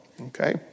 okay